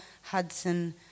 Hudson